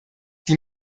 die